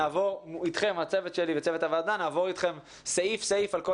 נעבור אתכם הצוות שלי וצוות הוועדה נעבור אתכם סעיף סעיף על כל